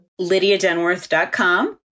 LydiaDenworth.com